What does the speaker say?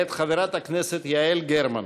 מאת חברת הכנסת יעל גרמן.